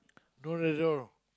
no result